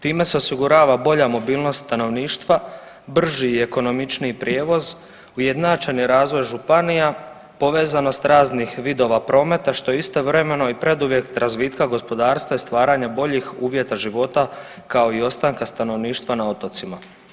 Time se osigurava bolja mobilnost stanovništva, brži i ekonomičniji prijevoz, ujednačeni razvoj županija, povezanost raznih vidova prometa, što je istovremeno i preduvjet razvitka gospodarstva i stvaranja boljih uvjeta života, kao i ostanka stanovništva na otocima.